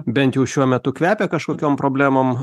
bent jau šiuo metu kvepia kažkokiom problemom